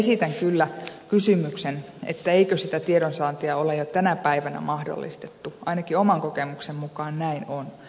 esitän kyllä kysymyksen eikö sitä tiedonsaantia ole jo tänä päivänä mahdollistettu ainakin oman kokemukseni mukaan näin on